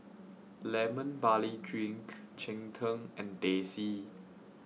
Lemon Barley Drink Cheng Tng and Teh C